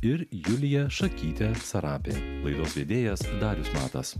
ir julija šakytė sarabi laidos vedėjas darius matas